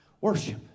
worship